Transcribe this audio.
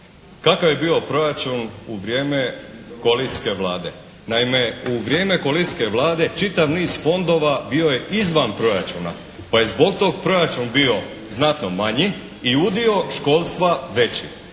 kakav je bio proračun u vrijeme koalicijske Vlade. Naime, u vrijeme koalicijske Vlade čitav niz fondova bio je izvan proračuna, pa je zbog toga proračun bio znatno manji i udio školstva veći.